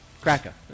Cracker